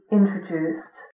introduced